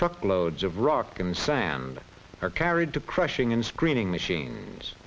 truckloads of rock and sand are carried to crushing and screening machines